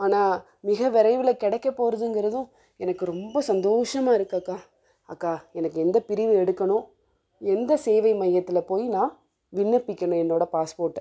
ஆனால் மிக விரைவில்ல கிடைக்கப்போறதுங்கறதும் எனக்கு ரொம்ப சந்தோஷமாக இருக்குது அக்கா அக்கா எனக்கு எந்த பிரிவு எடுக்கணும் எந்த சேவை மையத்தில் போய் நான் விண்ணப்பிக்கணும் என்னோடய பாஸ்ப்போர்ட்டை